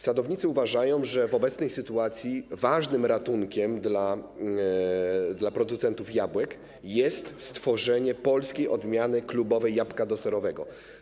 Sadownicy uważają, że w obecnej sytuacji ratunkiem dla producentów jabłek jest stworzenie polskiej odmiany klubowej jabłka deserowego.